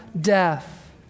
death